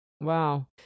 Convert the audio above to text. Wow